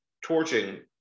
torching